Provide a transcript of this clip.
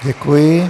Děkuji.